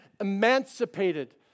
emancipated